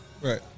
Right